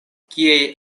kiaj